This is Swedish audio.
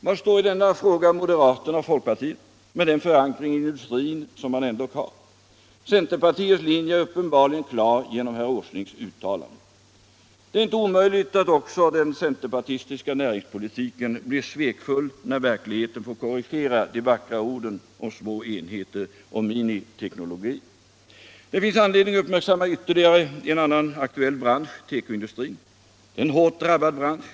Var står i denna fråga moderaterna och folkpartiet med den förankring I industrin som man ändock har? Centerpartiets linje är uppenbarligen klar genom herr Åslings uttalande. | Det är inte omöjligt att också den centerpartistiska näringspolitiken blir svekfull när verkligheten får korrigera de vackra orden om små enheter och miniteknologi. Det finns anledning uppmärksamma ytterligare en annan aktuell bransch — tekoindustrin. Det är en hårt drabbad bransch.